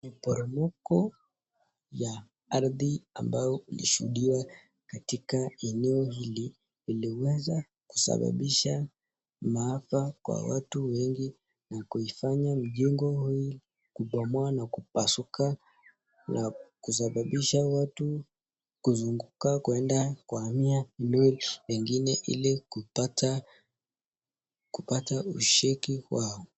Mporomoko ya ardhi ambayo ilishuhudiwa katika eneo hili iliweza kusababisha maafa kwa watu wengi na kuifanya mjengo huu kubomoa na kupasuka na kusababisha watu kuzunguka kwenda kuhamia eneo lingine ili kupata usheki kwa...